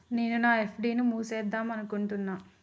నేను నా ఎఫ్.డి ని మూసివేద్దాంనుకుంటున్న